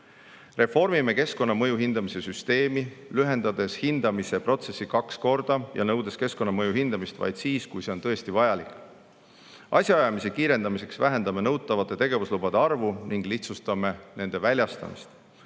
Reformime keskkonnamõju hindamise süsteemi, lühendades hindamise protsessi kaks korda ja nõudes keskkonnamõju hindamist vaid siis, kui see on tõesti vajalik. Asjaajamise kiirendamiseks vähendame nõutavate tegevuslubade arvu ning lihtsustame nende väljastamist.